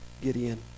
Gideon